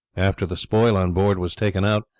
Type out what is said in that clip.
after the spoil on board was taken out,